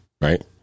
right